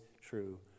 true